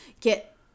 get